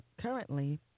currently